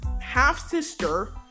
half-sister